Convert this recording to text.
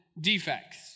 defects